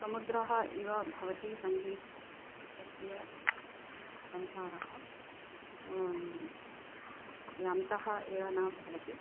समुद्रः इव भवति सङ्गीतस्य संसारः तस्य अन्तः एव न भवति